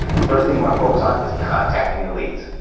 first thing you want to focus on is contacting your leads,